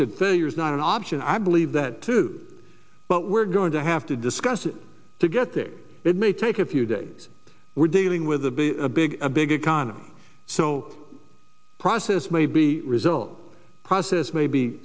is not an option i believe that too but we're going to have to discuss it to get there it may take a few days we're dealing with a a big a big economy so process may be result process may be